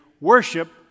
Worship